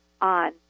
on